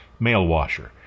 Mailwasher